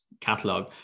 catalog